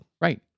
Right